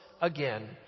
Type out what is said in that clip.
again